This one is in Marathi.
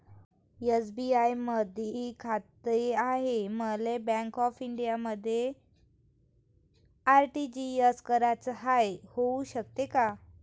एस.बी.आय मधी खाते हाय, मले बँक ऑफ इंडियामध्ये आर.टी.जी.एस कराच हाय, होऊ शकते का?